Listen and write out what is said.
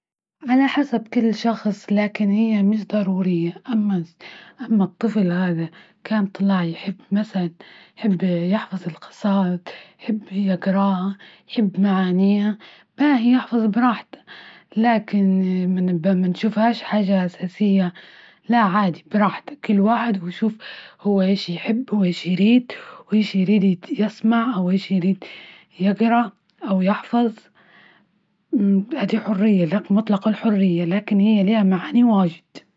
على حسب كل شخص لكن هي مش ضرورية أما أما الطفل هذا كان طلع يحب مثلا يحب يحفظ القصائد يحب يقراها يحب معانيها ما هي يحفظ براحته لكن ما نشوفهاش حاجة أساسية لا عادي براح كل واحد ويشوف هو إيش يحب هو إيش يريد وايش يريد يسمع او ايش يريد يقرا أو يحفز أدي حرية لك مطلق الحرية لكن هي لها معنى واجد